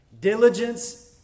diligence